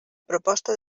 proposta